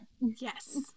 Yes